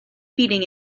feeding